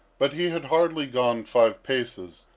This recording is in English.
but he had hardly gone five paces,